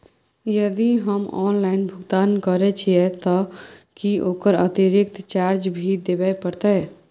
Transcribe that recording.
यदि हम ऑनलाइन भुगतान करे छिये त की ओकर अतिरिक्त चार्ज भी देबे परतै?